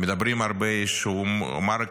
אומרים הרבה שהוא מר הכלכלה.